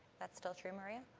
that's still true, maria?